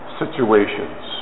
situations